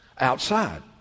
outside